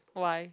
why